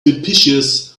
repetitious